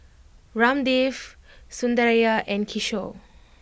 Ramdev Sundaraiah and Kishore